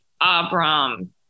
Abram